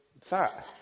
fat